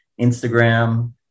Instagram